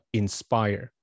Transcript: inspire